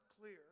clear